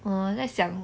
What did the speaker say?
我在想